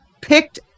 picked